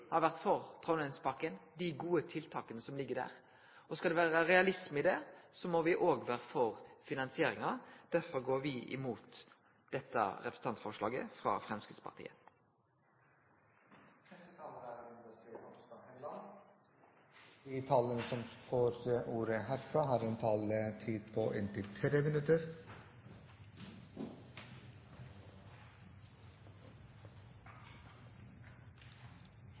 har vore for Trondheimspakken, dei gode tiltaka som ligg der. Skal det vere realisme i det, må vi òg vere for finansieringa. Derfor går vi mot dette representantforslaget frå Framstegspartiet. De talere som heretter får ordet, har en taletid på inntil